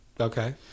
Okay